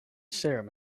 serum